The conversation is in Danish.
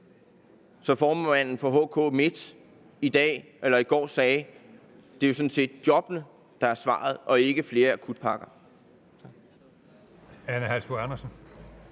Som formanden for HK Midt i går sagde, er det jo sådan set jobbene, der er svaret, og ikke flere akutpakker.